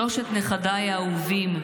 שלושת נכדיי האהובים,